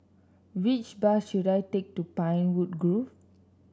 which bus should I take to Pinewood Grove